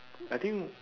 I think